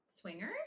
swingers